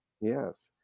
yes